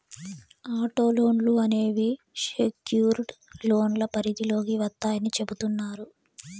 auto లోన్లు అనేవి secured లోన్ల పరిధిలోకి వత్తాయని చెబుతున్నారు